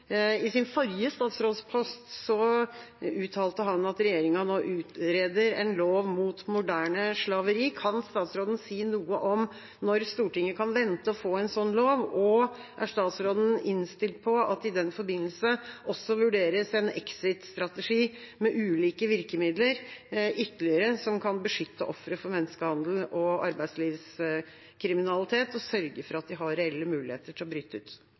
I sin forrige statsrådspost uttalte han at regjeringa nå utreder en lov mot moderne slaveri. Kan statsråden si noe om når Stortinget kan vente å få en sånn lov, og er statsråden innstilt på at det i den forbindelse også vurderes en exit-strategi med ulike virkemidler, som ytterligere kan beskytte ofre for menneskehandel og arbeidslivskriminalitet og sørge for at de har reelle muligheter til å bryte ut?